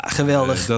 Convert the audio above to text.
geweldig